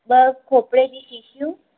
ॿ खोपरे जूं शीशियूं